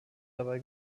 dabei